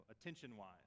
attention-wise